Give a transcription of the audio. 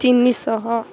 ତିନିଶହ